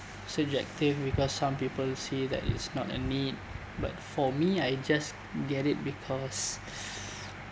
subjective because some people say that it's not a need but for me I just get it because